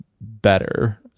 better